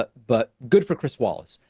but but good for chris wallace.